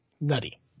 nutty